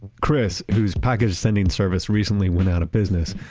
chris, whose package sending service recently went out of business,